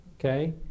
okay